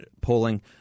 polling